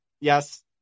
Yes